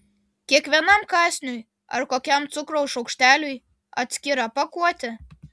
kiekvienam kąsniui ar kokiam cukraus šaukšteliui atskira pakuotė